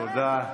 תודה.